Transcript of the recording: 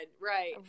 Right